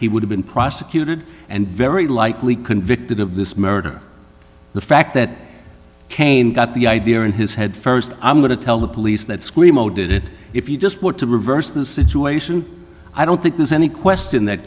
he would have been prosecuted and very likely convicted of this murder the fact that cain got the idea in his head first i'm going to tell the police that screamo did it if you just want to reverse the situation i don't think there's any question that